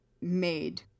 made